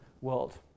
world